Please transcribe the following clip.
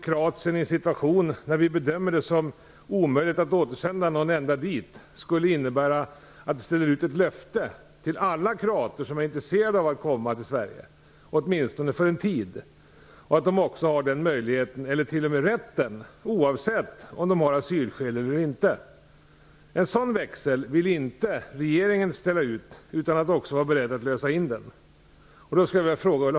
Kroatien i en situation där vi bedömer det som omöjligt att återsända någon enda dit skulle innebära att ställa ut ett löfte till alla kroater som är intresserade av att komma till Sverige, åtminstone för en tid, att de har den möjligheten eller t.o.m. rätten, oavsett om de har asylskäl eller inte. En sådan växel vill regeringen inte ställa ut utan att också vara beredd att lösa in den.